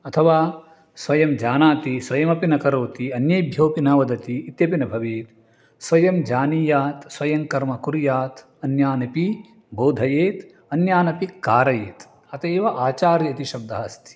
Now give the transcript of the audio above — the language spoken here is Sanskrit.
अथवा स्वयं जानाति स्वयमपि न करोति अन्येभ्योपि न वदति इत्यपि न भवेत् स्वयं जानीयात् स्वयं कर्म कुर्यात् अन्यानपि बोधयेत् अन्यानपि कारयेत् अत एव आचार्यः इति शब्दः अस्ति